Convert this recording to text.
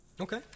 okay